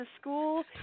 school